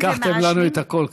לקחתן לנו את הכול כבר.